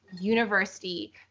university